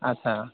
आस्सा